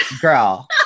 Girl